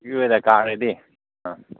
ꯀꯥꯔꯗꯤ ꯑꯥ